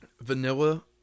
Vanilla